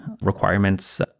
requirements